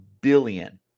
billion